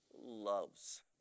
loves